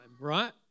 right